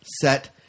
set